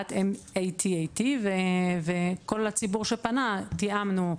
MATAT, וכל הציבור שפנה, תיאמנו,